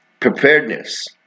Preparedness